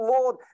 Lord